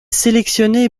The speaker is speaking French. sélectionnée